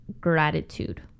gratitude